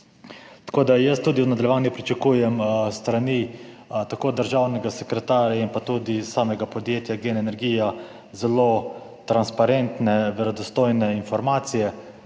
Tako da jaz tudi v nadaljevanju pričakujem s strani državnega sekretarja in tudi samega podjetja Gen energija zelo transparentne, verodostojne informacije.